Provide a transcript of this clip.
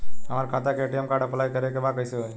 हमार खाता के ए.टी.एम कार्ड अप्लाई करे के बा कैसे होई?